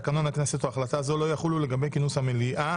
תקנון הכנסת או החלטה זו לא יחולו לגבי כינוס המליאה